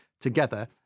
together